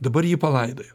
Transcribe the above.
dabar jį palaidojo